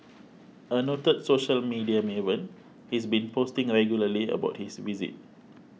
a noted social media maven he's been posting regularly about his visit